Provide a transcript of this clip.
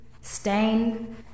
stain